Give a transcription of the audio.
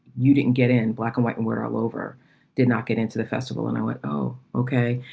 you didn't get in black and white and we're all over did not get into the festival. and i went, oh, ok.